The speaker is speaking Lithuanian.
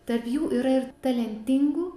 tarp jų yra ir talentingų